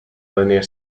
linear